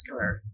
cardiovascular